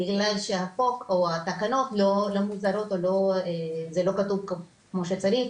בגלל שהחוק, או התקנות, זה לא כתוב כמו שצריך.